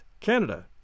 Canada